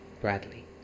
Bradley